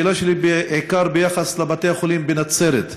השאלה שלי היא בעיקר ביחס לבתי החולים בנצרת.